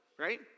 right